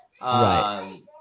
Right